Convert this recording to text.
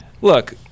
look